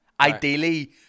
Ideally